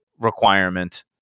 requirement